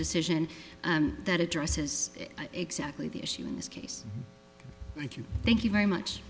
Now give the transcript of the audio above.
decision and that addresses exactly the issue in this case thank you thank you very much